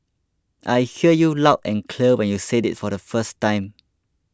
I heard you loud and clear when you said it the first time